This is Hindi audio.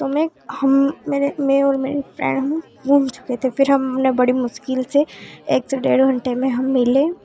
तो मैं हम मेरे मैं और मेरे फ्रेंड गुम चुके थे फ़िर हमने बड़ी मुश्किल से एक से डेढ़ घंटे में हम मिले